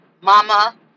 mama